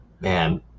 man